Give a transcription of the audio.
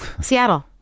Seattle